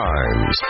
Times